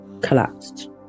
collapsed